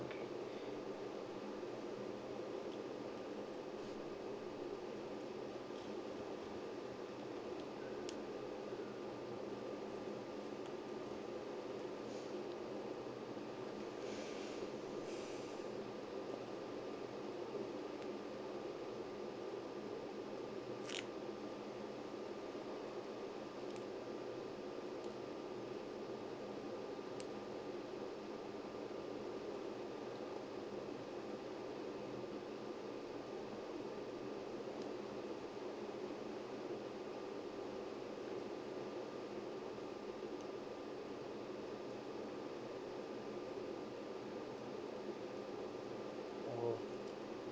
oh